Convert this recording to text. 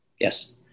Yes